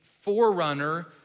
forerunner